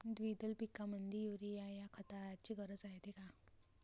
द्विदल पिकामंदी युरीया या खताची गरज रायते का?